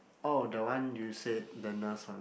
oh that one you said the nurse one